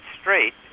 straight